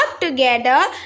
together